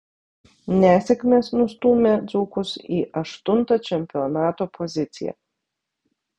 nesėkmės nustūmė dzūkus į aštuntą čempionato poziciją